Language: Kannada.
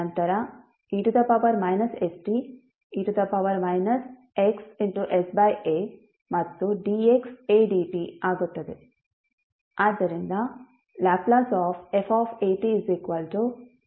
ನಂತರ e st e xsa ಮತ್ತು dx a dt ಆಗುತ್ತದೆ